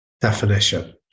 definition